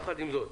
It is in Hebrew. יחד עם זאת,